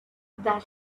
that